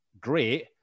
great